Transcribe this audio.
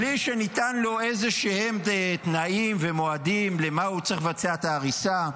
בלי שניתנו לו איזשהם תנאים ומועדים למה הוא צריך לבצע את ההריסה.